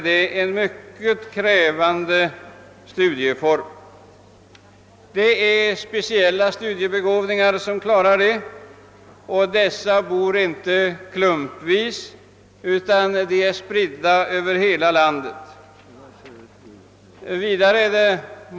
Det är speciella studiebegåvningar som klarar en sådan uppgift, men dessa bor inte klumpvis utan är spridda över hela landet.